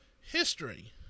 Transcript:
history